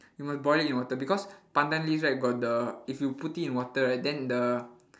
you must boil it in water because pandan leaves right got the if you put it in water right then the